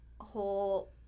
whole